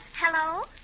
Hello